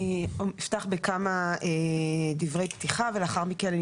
אני אפתח בכמה דברי פתיחה ולאחר מכן אני